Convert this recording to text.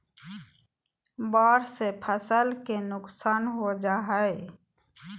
बाढ़ से फसल के नुकसान हो जा हइ